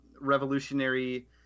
revolutionary –